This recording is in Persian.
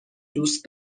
دوست